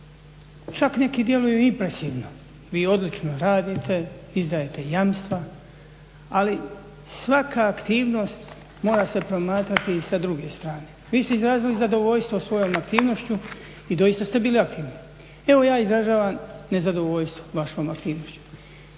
Čak neki djeluju i impresivno. Vi odlično radite, izdajete jamstva. Ali svaka aktivnost mora se promatrati i sa druge strane. Vi ste izrazili zadovoljstvo svojom aktivnošću i doista ste bili aktivni. Evo ja izražavam nezadovoljstvo vašom aktivnošću.